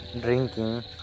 drinking